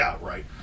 right